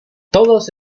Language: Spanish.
todos